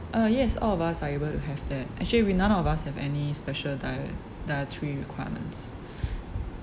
uh yes all of us are able to have that actually we none of us have any special diet~ dietary requirements